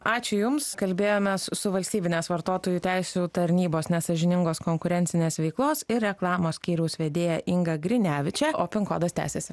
ačiū jums kalbėjomės su valstybinės vartotojų teisių tarnybos nesąžiningos konkurencinės veiklos ir reklamos skyriaus vedėja inga grineviče o kodas tęsiasi